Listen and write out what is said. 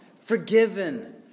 forgiven